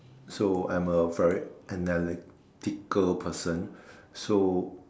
so I'm a very analytical person so